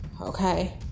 Okay